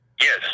Yes